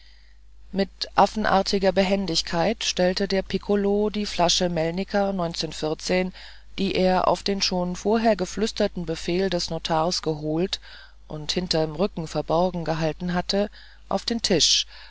mit affenartiger behendigkeit stellte der pikkolo die flasche melniker die er auf den schon vorher geflüsterten befehl des notars geholt und hinterm rücken verborgen gehalten hatte auf den tisch